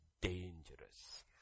dangerous